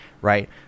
right